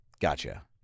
Gotcha